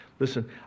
Listen